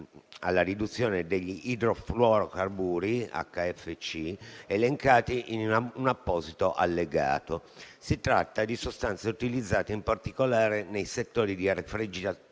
alla riduzione degli idrofluorocarburi (HFC) elencati in un apposito allegato. Si tratta di sostanze utilizzate in particolare nei settori della refrigerazione